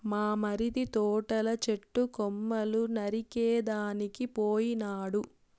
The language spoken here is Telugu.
మా మరిది తోటల చెట్టు కొమ్మలు నరికేదానికి పోయినాడు